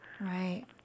Right